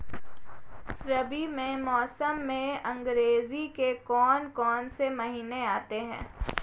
रबी के मौसम में अंग्रेज़ी के कौन कौनसे महीने आते हैं?